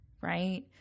right